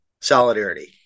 Solidarity